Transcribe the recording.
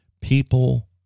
People